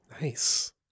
Nice